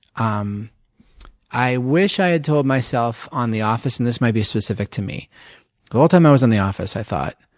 um i wish i had told myself on the office and this might be specific to me the whole time i was on the office, i thought,